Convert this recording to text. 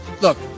Look